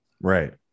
Right